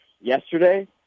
yesterday